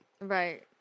Right